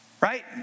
right